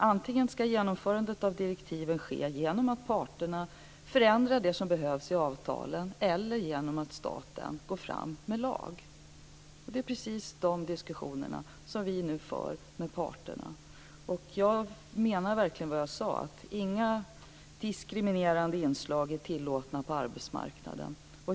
Antingen ska genomförandet av direktiven ske genom att parterna förändrar det som behövs i avtalen eller genom att staten går fram med lag, och det är precis dessa diskussioner som vi nu för med parterna. Jag menar verkligen vad jag sade, att inga diskriminerande inslag är tillåtna på arbetsmarknaden.